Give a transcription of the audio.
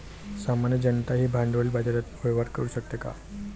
सामान्य जनताही भांडवली बाजारात व्यवहार करू शकते का?